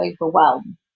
overwhelm